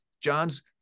John's